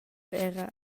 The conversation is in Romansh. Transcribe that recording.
era